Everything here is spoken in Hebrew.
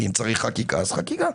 ואם צריך חקיקה אז חקיקה.